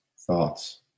thoughts